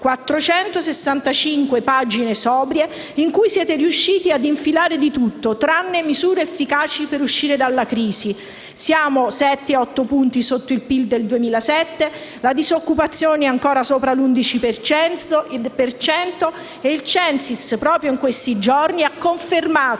465 sobrie pagine in cui siete riusciti ad infilare di tutto, tranne misure efficaci per uscire dalla crisi. Siamo 7 o 8 punti sotto il PIL del 2007; la disoccupazione è ancora sopra l'11 per cento e il CENSIS, proprio in questi giorni, ha confermato